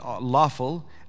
lawful